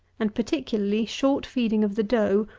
and particularly short feeding of the doe,